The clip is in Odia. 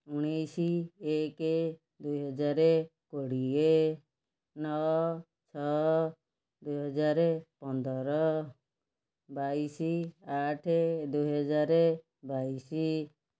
ଉଣେଇଶ ଏକ ଦୁଇହଜାର କୋଡ଼ିଏ ନଅ ଛଅ ଦୁଇହଜାର ପନ୍ଦର ବାଇଶ ଆଠ ଦୁଇହଜାର ବାଇଶ